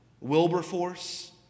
Wilberforce